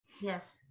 Yes